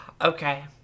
Okay